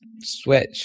switch